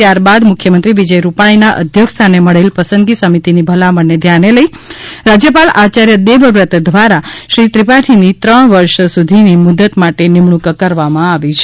ત્યાર બાદ મુખ્યમંત્રી વિજય રૂપાણીના અધ્યક્ષસ્થાને મળેલ પસંદગી સમિતિની ભલામણને ધ્યાને લઇ રાજથપાલ આયાર્ય દેવવ્રત દ્વારા શ્રી ત્રિપાઠીની ત્રણ વર્ષ સુધીની મુદત માટે નિમણૂક કરવામાં આવી છે